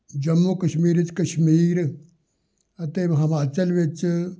ਜੰਮੂ ਕਸ਼ਮੀਰ 'ਚ ਕਸ਼ਮੀਰ ਅਤੇ ਹਿਮਾਚਲ ਵਿੱਚ